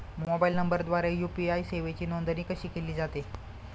Mobile नंबरद्वारे UPI सेवेची नोंदणी कशी केली जाते?